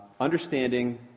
understanding